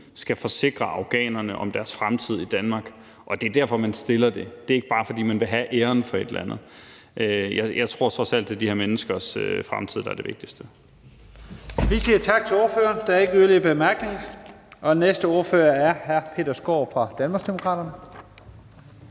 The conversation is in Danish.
skal forsikre afghanerne om deres fremtid i Danmark, altså at det er derfor, man fremsætter det; det er ikke bare, fordi man vil have æren for et eller andet. Jeg tror trods alt, at det er de her menneskers fremtid, der er det vigtigste.